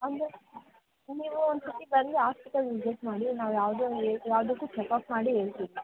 ಅಂದರೆ ನೀವು ಒಂದು ಸತಿ ಬಂದು ಹಾಸ್ಪಿಟಲ್ ವಿಸಿಟ್ ಮಾಡಿ ನಾವು ಯಾವುದೇ ಒಂದು ಯಾವುದಕ್ಕೂ ಚೆಕಪ್ ಮಾಡಿ ಹೇಳ್ತೀವಿ